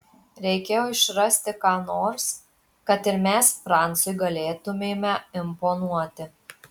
reikėjo išrasti ką nors kad ir mes francui galėtumėme imponuoti